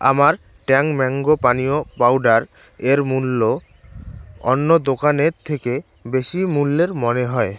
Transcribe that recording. আমার Tang mango পানীয় powder এর মূল্য অন্য দোকানের থেকে বেশি মূল্যের মনে হয়